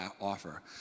offer